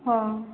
ହଁ